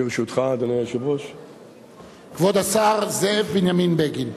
בבקשה, כבוד השר זאב בנימין בגין.